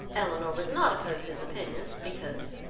elinor would not oppose his opinion, because,